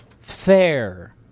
fair